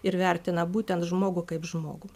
ir vertina būtent žmogų kaip žmogų